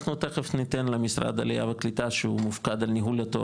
אנחנו תיכף ניתן למשרד העלייה והקליטה שהוא מפוקד על ניהול התור,